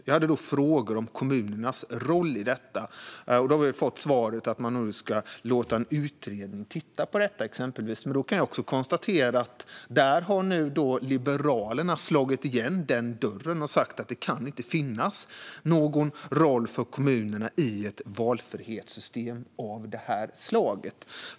Jag hade alltså frågor om kommunernas roll i detta, och vi har fått svaret att man exempelvis ska låta en utredning titta på det. Jag kan dock konstatera att Liberalerna nu har slagit igen den dörren och sagt att det inte kan finnas någon roll för kommunerna i ett valfrihetssystem av det här slaget.